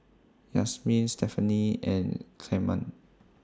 Yasmine Stephany and Clemma